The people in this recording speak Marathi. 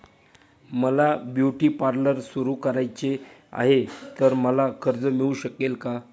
मला ब्युटी पार्लर सुरू करायचे आहे तर मला कर्ज मिळू शकेल का?